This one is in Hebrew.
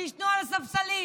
שיישנו על ספסלים,